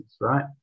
right